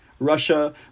Russia